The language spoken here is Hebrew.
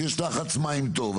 שיש לחץ מים טוב,